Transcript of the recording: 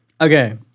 Okay